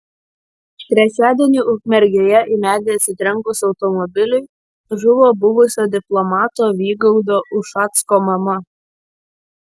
trečiadienį ukmergėje į medį atsitrenkus automobiliui žuvo buvusio diplomato vygaudo ušacko mama